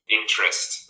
interest